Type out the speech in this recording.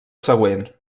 següent